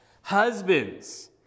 Husbands